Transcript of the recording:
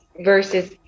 versus